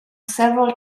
several